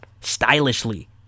Stylishly